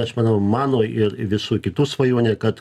aš manau mano ir visų kitų svajonė kad